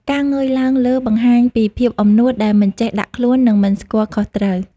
ការងើយឡើងលើបង្ហាញពីភាពអំនួតដែលមិនចេះដាក់ខ្លួន និងមិនស្គាល់ខុសត្រូវ។